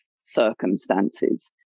circumstances